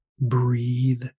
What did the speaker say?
breathe